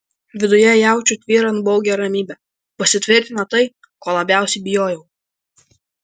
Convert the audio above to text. viduje jaučiu tvyrant baugią ramybę pasitvirtina tai ko labiausiai bijojau